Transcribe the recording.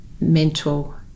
mental